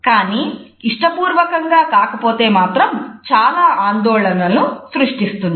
కానీ ఇష్టపూర్వకంగా కాకపోతే మాత్రం చాలా ఆందోళనలను సృష్టిస్తుంది